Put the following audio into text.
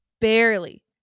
barely